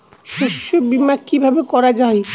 শস্য বীমা কিভাবে করা যায়?